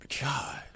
God